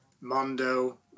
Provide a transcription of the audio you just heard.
Mondo